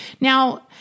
Now-